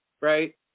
Right